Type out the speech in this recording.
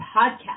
podcast